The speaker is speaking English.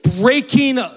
breaking